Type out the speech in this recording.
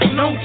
no